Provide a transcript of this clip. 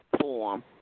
form